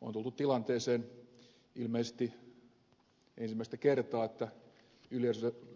on tultu tilanteeseen ilmeisesti ensimmäistä kertaa että